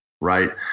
right